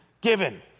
given